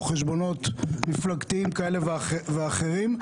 או חשבונות מפלגתיים כאלה ואחרים.